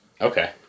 Okay